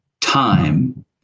time